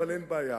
אבל אין בעיה.